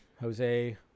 Jose